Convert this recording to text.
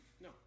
No